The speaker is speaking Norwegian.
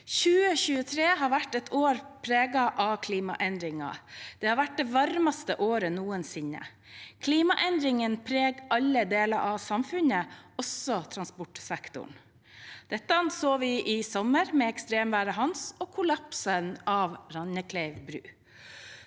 2023 har vært et år preget av klimaendringer. Det har vært det varmeste året noensinne. Klimaendringene preger alle deler av samfunnet, også transportsektoren. Dette så vi i sommer med ekstremværet Hans og kollapsen av Randklev bru.